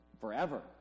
forever